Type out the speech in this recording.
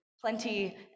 plenty